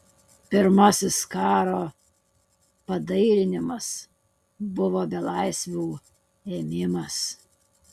pirmasis karo padailinimas buvo belaisvių ėmimas